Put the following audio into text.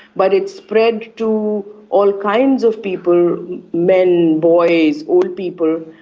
but it spread to all kinds of people, men, boys, old people,